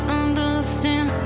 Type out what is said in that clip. understand